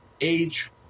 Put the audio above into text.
age